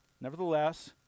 Nevertheless